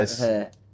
Yes